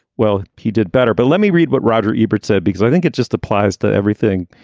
well, he did better. but let me read what roger ebert said, because i think it just applies to everything.